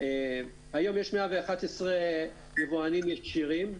היום יש 11 יבואנים ישירים,